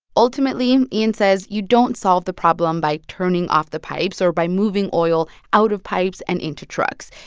ultimately, ian says you don't solve the problem by turning off the pipes or by moving oil out of pipes and into trucks.